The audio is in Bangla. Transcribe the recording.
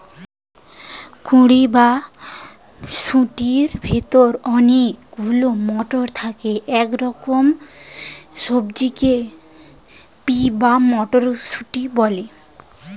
কুঁড়ি বা শুঁটির ভেতরে অনেক গুলো মটর থাকে এরকম সবজিকে পি বা মটরশুঁটি বলে